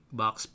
box